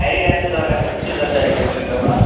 एडिडासको तपाईँलाई कुन जुत्ता चाहिएको लो एङ्कलमा